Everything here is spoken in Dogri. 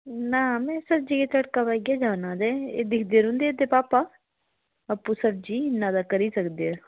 ना में सब्ज़ियै गी तड़का लाइयै जाना ते तड़का लांदे रौहंदे एह्दे भापा आपूं सब्ज़ी इन्ना करी गै सकदे